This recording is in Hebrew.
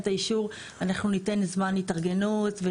את האישור אנחנו ניתן זמן התארגנות.